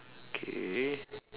K